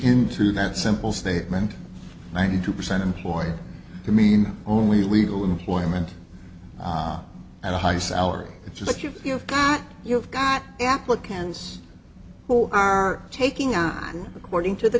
into that simple statement ninety two percent employed to mean only illegal employment and a high salary it's like you've got you've got applicants who are taking on according to the